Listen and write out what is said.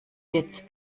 jetzt